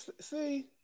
See